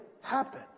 happen